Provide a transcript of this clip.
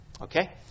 Okay